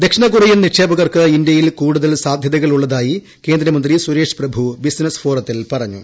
ദക്ഷിണകൊറിയൻ നിക്ഷേപകർക്ക് ഇന്ത്യയിൽ കൂടുതൽ സാധൃതകൾ ഉള്ളതായി കേന്ദ്രമന്ത്രി സൂരേഷ് പ്രഭു ബിസിനസ് ഫോറത്തിൽ പറഞ്ഞു